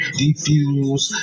defuse